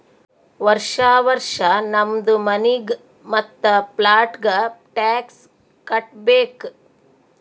ವರ್ಷಾ ವರ್ಷಾ ನಮ್ದು ಮನಿಗ್ ಮತ್ತ ಪ್ಲಾಟ್ಗ ಟ್ಯಾಕ್ಸ್ ಕಟ್ಟಬೇಕ್